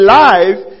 life